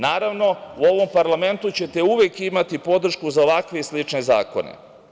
Naravno, u ovom parlamentu ćete uvek imati podršku za ovakve i slične zakone.